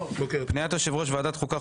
פניית יושב ראש ועדת החוקה,